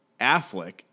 Affleck